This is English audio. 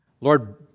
Lord